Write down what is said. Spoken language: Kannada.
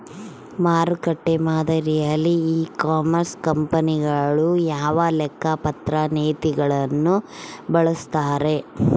ಮಾರುಕಟ್ಟೆ ಮಾದರಿಯಲ್ಲಿ ಇ ಕಾಮರ್ಸ್ ಕಂಪನಿಗಳು ಯಾವ ಲೆಕ್ಕಪತ್ರ ನೇತಿಗಳನ್ನು ಬಳಸುತ್ತಾರೆ?